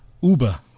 Uber